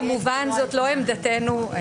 כמובן זאת לא עמדתנו.